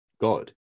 God